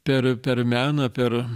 per per meną per